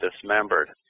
dismembered